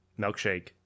milkshake